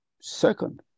Second